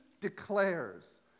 declares